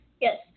yes